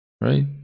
Right